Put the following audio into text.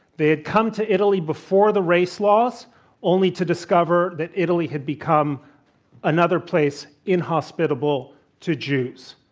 they had come to italy before the race laws only to discover that italy had become another place inhospitable to jews.